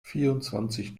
vierundzwanzig